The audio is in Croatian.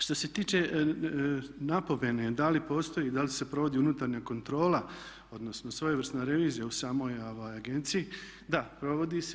Što se tiče napomene da li postoji i da li se provodi unutarnja kontrola odnosno svojevrsna revizija u samoj agenciji, da provodi se.